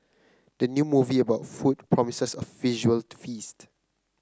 the new movie about food promises a visual feast